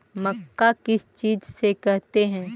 मक्का किस चीज से करते हैं?